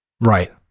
Right